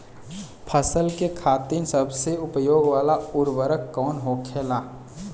फसल के खातिन सबसे उपयोग वाला उर्वरक कवन होखेला?